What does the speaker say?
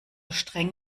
streng